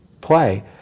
play